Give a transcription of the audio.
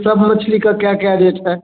सब मछली का क्या क्या रेट है